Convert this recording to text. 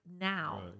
now